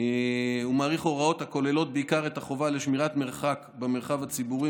הארכת הוראות הכוללות בעיקר את החובה לשמירת מרחק במרחב הציבורי,